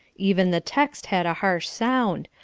even the text had a harsh sound,